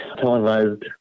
televised